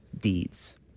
deeds